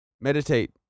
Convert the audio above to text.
meditate